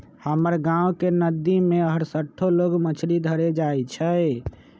हमर गांव के नद्दी में हरसठ्ठो लोग मछरी धरे जाइ छइ